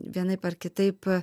vienaip ar kitaip